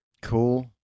Cool